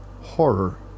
horror